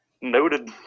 Noted